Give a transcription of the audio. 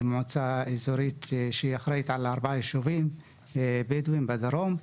מועצה אזורית שאחראית על ארבעה יישובים בדואים בדרום,